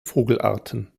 vogelarten